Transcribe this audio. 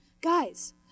guys